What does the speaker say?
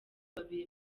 babiri